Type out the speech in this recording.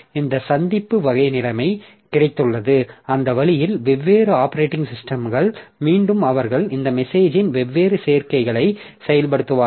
இந்த சந்திப்பு வகை நிலைமை கிடைத்துள்ளது அந்த வழியில் வெவ்வேறு ஆப்பரேட்டிங் சிஸ்டம்கள் மீண்டும் அவர்கள் இந்தச் மெசேஜின் வெவ்வேறு சேர்க்கைகளைச் செயல்படுத்துவார்கள்